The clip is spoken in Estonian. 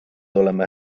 oleme